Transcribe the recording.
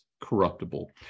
corruptible